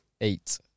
eight